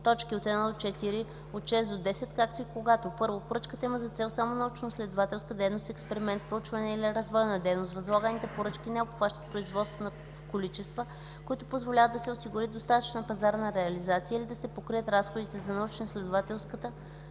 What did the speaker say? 1, т. 1-4, 6-10, както и когато: 1. поръчката има за цел само научноизследователска дейност, експеримент, проучване или развойна дейност; възлаганите поръчки не обхващат производството в количества, които позволяват да се осигури достатъчна пазарна реализация или да се покрият разходите за научноизследователска и развойна